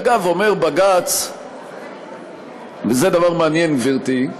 אגב, אומר בג"ץ, וזה דבר מעניין, גברתי,